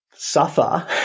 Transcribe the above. Suffer